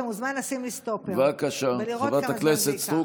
אתה מוזמן לשים לי סטופר ולראות כמה זמן זה ייקח.